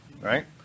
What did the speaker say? right